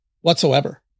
whatsoever